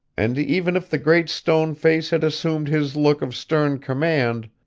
and even if the great stone face had assumed his look of stern command,